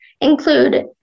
include